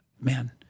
man